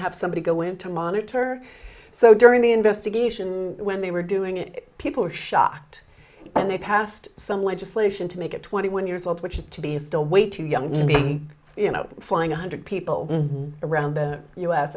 have somebody go in to monitor so during the investigation when they were doing it people were shocked and they passed some legislation to make it twenty one years old which is to be still way too young to be you know flying one hundred people around the u